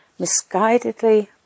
misguidedly